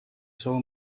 saw